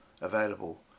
available